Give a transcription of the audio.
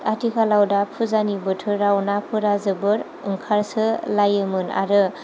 आथिखालाव दा फुजानि बोथोराव नाफोरा जोबोर ओंखारसो लायोमोन आरो